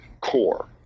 core